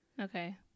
okay